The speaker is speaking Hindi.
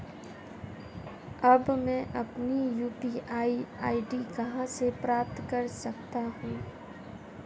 अब मैं अपनी यू.पी.आई आई.डी कहां से प्राप्त कर सकता हूं?